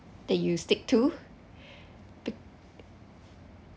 that you stick to